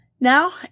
now